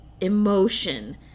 emotion